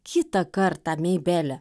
kitą kartą meibele